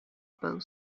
both